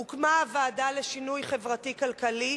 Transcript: הוקמה הוועדה לשינוי חברתי-כלכלי,